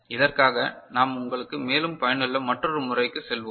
இதற்காக நாம் உங்களுக்குத் மேலும் பயனுள்ள மற்றொரு முறைக்குச் செல்வோம்